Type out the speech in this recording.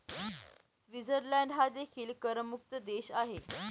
Switzerland हा देखील करमुक्त देश आहे